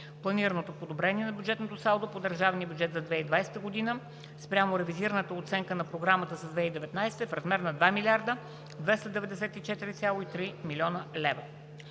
Планираното подобрение на бюджетното салдо по държавния бюджет за 2020 г. спрямо ревизираната оценка на Програмата за 2019 г. е в размер на 2 294,3 млн. лв.